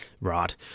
Right